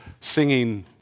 singing